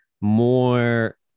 more